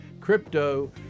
Crypto